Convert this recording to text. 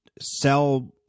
sell